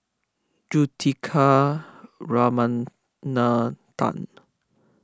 Juthika Ramanathan